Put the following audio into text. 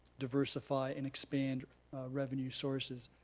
diversify, and expand revenue sources.